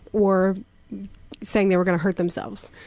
or saying they were going to hurt themselves.